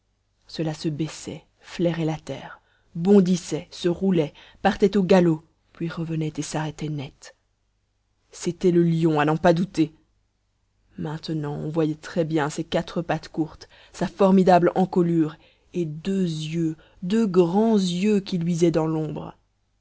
cela se baissait flairait la terre bondissait se roulait partait au galop puis revenait et s'arrêtait net c'était le lion à n'en pas douter maintenant on voyait très bien ses quatre pattes courtes sa formidable encolure et deux yeux deux grands yeux qui luisaient dans l'ombre